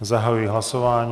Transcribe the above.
Zahajuji hlasování.